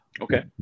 Okay